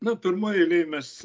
nu pirmoj eilėj mes